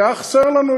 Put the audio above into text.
כי זה היה חסר לנו?